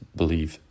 believe